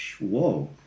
Whoa